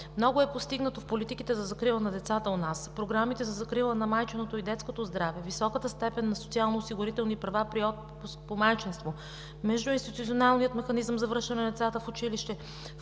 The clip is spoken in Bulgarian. Много е постигнато в политиките за закрила на децата у нас: програмите за закрила на майчиното и детското здраве; високата степен на социално осигурителни права при отпуск по майчинство; междуинституционалният механизъм за връщане на децата в училище,